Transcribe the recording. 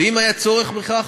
ואם יהיה צורך בכך,